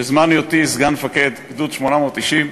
בזמן היותי סגן מפקד גדוד 890,